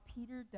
Peter